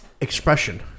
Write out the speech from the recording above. expression